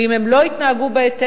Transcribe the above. ואם הם לא יתנהגו בהתאם,